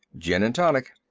gin and tonic.